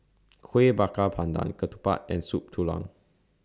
Kueh Bakar Pandan Ketupat and Soup Tulang